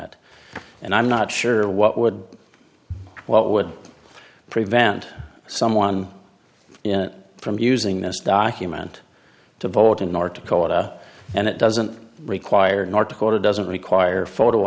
it and i'm not sure what would what would prevent someone from using this document to vote in north dakota and it doesn't require north dakota doesn't require photo